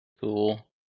Cool